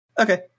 Okay